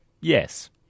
Yes